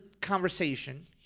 conversation